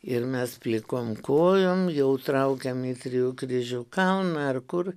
ir mes plikom kojom jau traukiam į trijų kryžių kalną ar kur